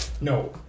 No